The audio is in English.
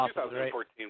2014